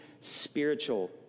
spiritual